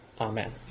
Amen